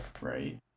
right